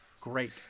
Great